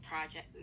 project